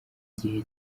gihe